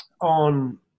on